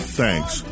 thanks